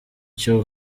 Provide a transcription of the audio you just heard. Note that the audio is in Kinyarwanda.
cyo